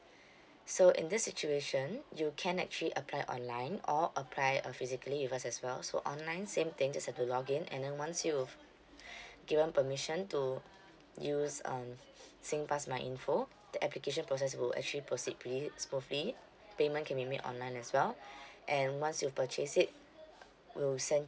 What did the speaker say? so in this situation you can actually apply online or apply uh physically with us as well so online same thing just have to log in and then once you've given permission to use um singpass my info the application process will actually proceed pretty smoothly payment can be made online as well and once you've purchased it we'll send